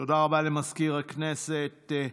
תודה רבה למזכיר הכנסת.